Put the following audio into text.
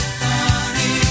funny